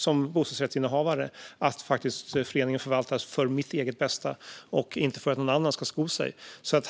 Som bostadsrättsinnehavare ska man kunna känna sig trygg i att föreningen förvaltas för ens eget bästa, inte för att någon annan ska sko sig.